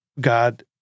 God